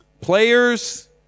Players